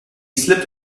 slipped